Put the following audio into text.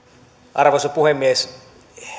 arvoisa puhemies